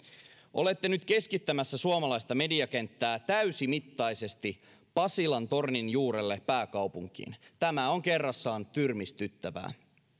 olette nyt keskittämässä suomalaista mediakenttää täysimittaisesti pasilan tornin juurelle pääkaupunkiin tämä on kerrassaan tyrmistyttävää